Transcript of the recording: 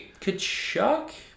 Kachuk